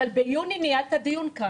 אבל ביוני ניהלת כאן דיון.